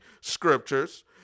scriptures